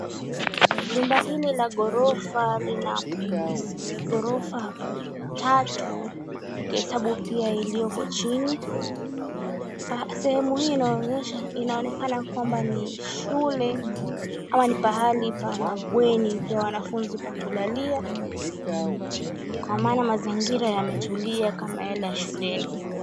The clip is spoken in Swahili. Jumba hili la ghorofa, lina ghorofa tatu ukihesabu pia iliyoko chini. Sehemu hii inaonekana kwamba ni shule, ama ni pahali pa mabweni pa wanafunzi pa kulalia kwa maana mazingira yametulia kama yale ya shuleni.